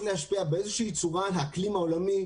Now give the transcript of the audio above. להשפיע באיזושהי צורה על האקלים העולמי,